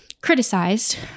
criticized